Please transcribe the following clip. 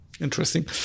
interesting